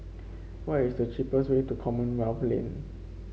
what is the cheapest way to Commonwealth Lane